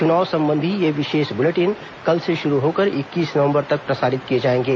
चुनाव संबंधी ये विशेष बुलेटिन कल से शुरू होकर इक्कीस नवंबर तक प्रसारित किए जाएंगे